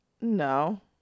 no